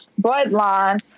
bloodline